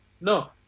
No